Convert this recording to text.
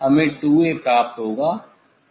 हमें '2A' प्राप्त होगा